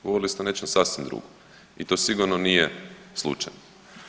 Govorili ste o nečem sasvim drugom i to sigurno nije slučajno.